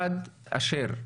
עד אשר יהיו,